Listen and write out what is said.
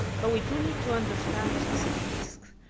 but we do need to understand the specific risks.